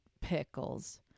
pickles